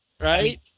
Right